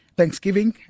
thanksgiving